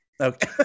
Okay